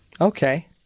Okay